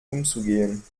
umzugehen